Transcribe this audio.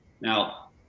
Now